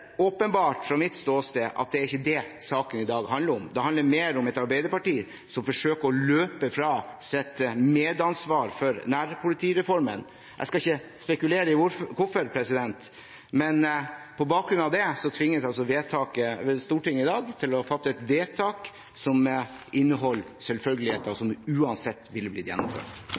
åpenbart – fra mitt ståsted – at det er ikke det saken i dag handler om. Det handler mer om et Arbeiderparti som forsøker å løpe fra sitt medansvar for nærpolitireformen. Jeg skal ikke spekulere i hvorfor, men på bakgrunn av det tvinges altså Stortinget i dag til å fatte et vedtak som inneholder selvfølgeligheter som uansett ville blitt gjennomført.